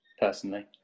Personally